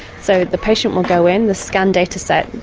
so the patient will go in, the scan dataset,